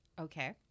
Okay